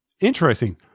Interesting